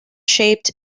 shaped